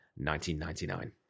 1999